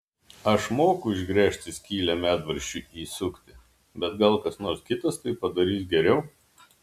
aš moku išgręžti skylę medvaržčiui įsukti bet gal kas nors kitas tai padarys geriau